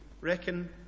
reckon